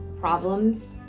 problems